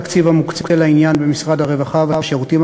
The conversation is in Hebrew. התקציב המוקצה לעניין במשרד הרווחה והשירותים